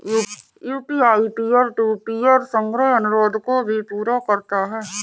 UPI peer to peer संग्रह अनुरोध को भी पूरा करता है